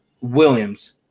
Williams